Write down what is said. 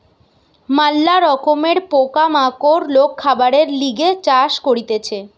ম্যালা রকমের পোকা মাকড় লোক খাবারের লিগে চাষ করতিছে